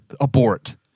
Abort